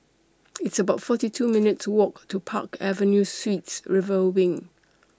It's about forty two minutes' Walk to Park Avenue Suites River Wing